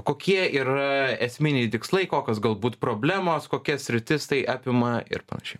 kokie yra esminiai tikslai kokios galbūt problemos kokias sritis tai apima ir panašiai